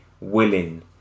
willing